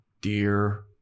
dear